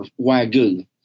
Wagyu